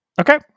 Okay